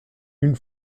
une